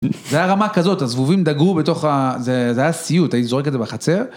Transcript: זה היה רמה כזאת, הזבובים דגרו בתוך, זה היה סיוט, הייתי זורק את זה בחצר.